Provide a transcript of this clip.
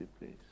please